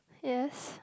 yes